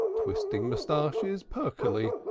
twisting moustaches perkily,